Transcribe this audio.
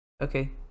Okay